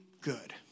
good